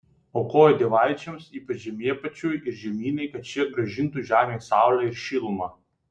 aukojo dievaičiams ypač žemėpačiui ir žemynai kad šie grąžintų žemei saulę ir šilumą